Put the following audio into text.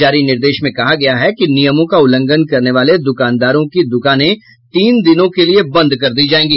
जारी निर्देश में कहा गया है कि नियमों का उल्लंघन करने वाले दुकानदारों की दुकानें तीन दिनों के लिये बंद कर दी जायेगी